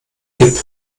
hip